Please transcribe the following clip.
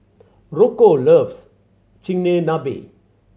Rocco loves Chigenabe